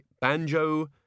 Banjo